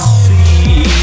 see